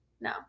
no